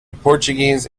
portuguese